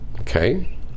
Okay